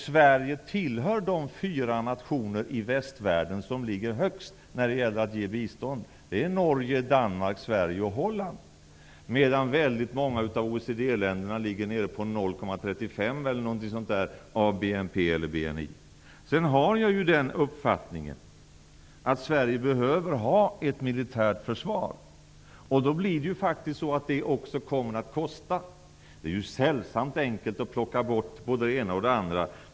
Sverige tillhör de fyra nationer i västvärlden -- Norge, Danmark, Sverige och Holland -- som ligger högst i fråga om att ge bistånd, medan väldigt många av OECD-länderna ligger nere på ca 0,35 % av BNP eller BNI. Sedan har jag uppfattningen att Sverige behöver ha ett militärt försvar. Då blir det faktiskt så, att det också kommer att kosta. Det är ju sällsamt enkelt att plocka bort både det ena och det andra.